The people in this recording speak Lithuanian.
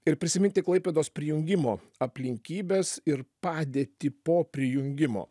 ir prisiminti klaipėdos prijungimo aplinkybes ir padėtį po prijungimo